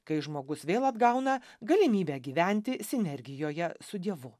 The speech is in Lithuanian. kai žmogus vėl atgauna galimybę gyventi sinergijoje su dievu